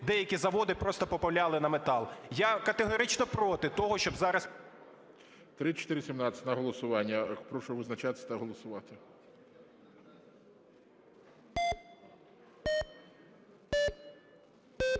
деякі заводи просто попиляли на метал. Я категорично проти того, щоб зараз… ГОЛОВУЮЧИЙ. 3417 на голосування. Прошу визначатися та голосувати.